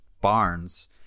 Barnes